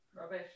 Rubbish